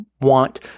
want